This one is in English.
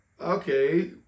Okay